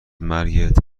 مرگت